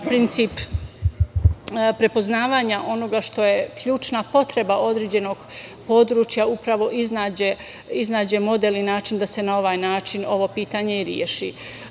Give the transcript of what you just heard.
princip prepoznavanja onoga što je ključna potreba određenog područja upravo iznađe model i način da se na ovaj način ovo pitanje i reši. Sa